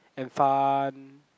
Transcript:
and fun